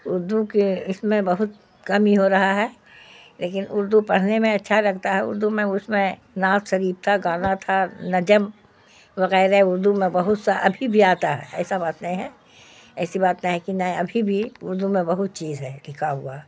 اردو کے اس میں بہت کمی ہو رہا ہے لیکن اردو پڑھنے میں اچھا لگتا ہے اردو میں اس میں نعت شریف تھا گانا تھا نجم وغیرہ اردو میں بہت سا ابھی بھی آتا ہے ایسا بات نہیں ہے ایسی بات نہ ہے کہ نہیں ابھی بھی اردو میں بہت چیز ہے لکھا ہوا